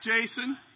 Jason